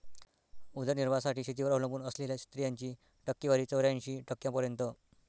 उदरनिर्वाहासाठी शेतीवर अवलंबून असलेल्या स्त्रियांची टक्केवारी चौऱ्याऐंशी टक्क्यांपर्यंत